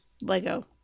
Lego